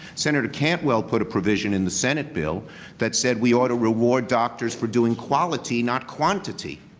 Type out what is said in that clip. senator cantwell put a provision in the senate bill that said we ought to reward doctors for doing quality, not quantity,